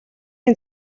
ийн